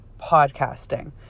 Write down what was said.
podcasting